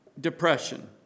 depression